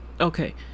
Okay